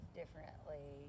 differently